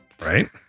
Right